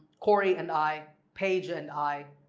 corey and i, page and i,